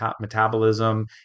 metabolism